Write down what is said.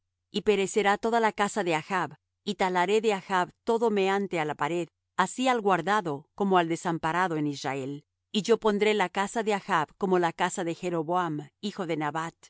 y perecerá toda la casa de achb y talaré de achb todo meante á la pared así al guardado como al desamparado en israel y yo pondré la casa de achb como la casa de jeroboam hijo de nabat